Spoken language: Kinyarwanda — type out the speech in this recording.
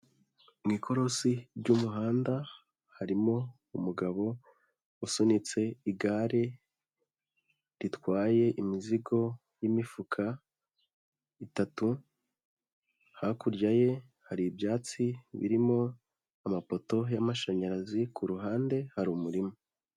Mu ikorosi ry'umuhanda harimo umugabo usunitse igare ritwaye imizigo y'imifuka itatu, hakurya ye hari ibyatsi birimo amapoto y'amashanyarazi, ku ruhande hari umurima.